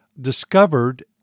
discovered